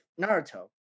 Naruto